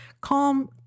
Calm